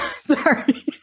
Sorry